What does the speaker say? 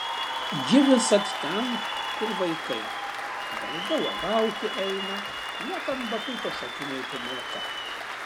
ji visad ten kur vaikai drauge uogauti eina net ant batuto šokinėti moka